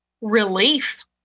relief